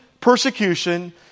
persecution